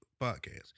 podcast